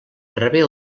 rebé